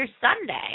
Sunday